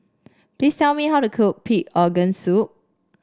please tell me how to cook Pig Organ Soup